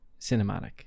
cinematic